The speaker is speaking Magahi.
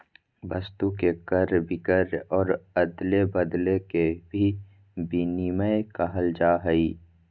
वस्तु के क्रय विक्रय और अदले बदले के भी विनिमय कहल जाय हइ